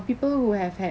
people who have had